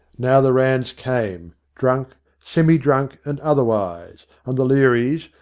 now the ranns came, drunk, semi-drunk, and otherwise, and the learys,